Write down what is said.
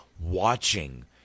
watching